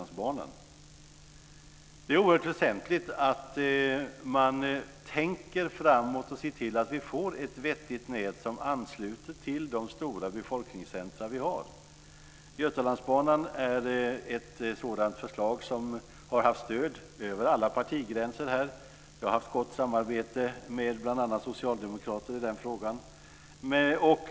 Det är oerhört väsentligt att man tänker framåt och ser till att vi får ett vettigt nät som ansluter till de stora befolkningscentrum som vi har. Götalandsbanan är ett sådant förslag som har haft stöd över alla partigränser. Jag har haft gott samarbete med bl.a. socialdemokrater i den frågan.